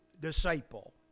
disciple